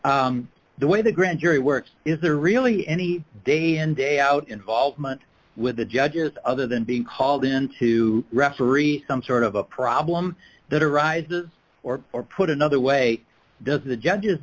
the way the grand jury works is there really any day in day out involvement with the judges other than being called in to referee some sort of a problem that arises or or put another way because the judge